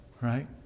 Right